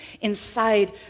inside